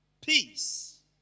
peace